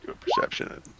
Perception